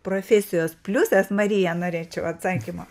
profesijos pliusas marija norėčiau atsakymo